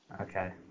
Okay